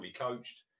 coached